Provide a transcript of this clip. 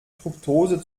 fruktose